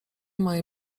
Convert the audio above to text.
moje